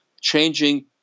changing